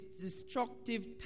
destructive